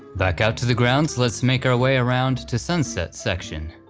back out to the grounds let's make our way around to sunset section.